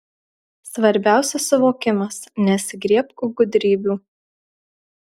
svarbiausias suvokimas nesigriebk gudrybių